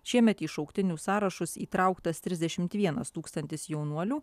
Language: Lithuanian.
šiemet į šauktinių sąrašus įtrauktas trisdešim vienas tūkstantis jaunuolių